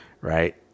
right